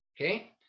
okay